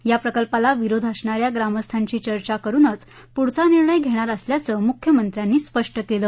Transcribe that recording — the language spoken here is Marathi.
या प्रकल्पाला विरोध असणाऱ्या ग्रामस्थांशी चर्चा करुनच पुढचा निर्णय घेणार असल्याचं मुख्यमंत्र्यांनी स्पष्ट केलं